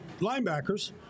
linebackers